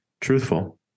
truthful